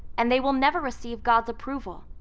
and they will never receive god's approval.